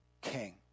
king